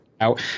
out